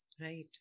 Right